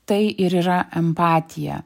tai ir yra empatija